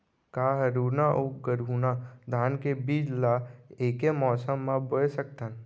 का हरहुना अऊ गरहुना धान के बीज ला ऐके मौसम मा बोए सकथन?